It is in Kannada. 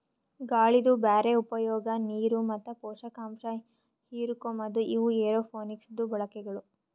ಗಾಳಿದು ಬ್ಯಾರೆ ಉಪಯೋಗ, ನೀರು ಮತ್ತ ಪೋಷಕಾಂಶ ಹಿರುಕೋಮದು ಇವು ಏರೋಪೋನಿಕ್ಸದು ಬಳಕೆಗಳು